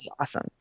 awesome